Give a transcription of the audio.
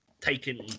taken